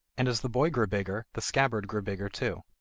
and as the boy grew bigger the scabbard grew bigger too.